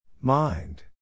Mind